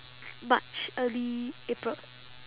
march early april